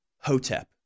Hotep